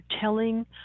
telling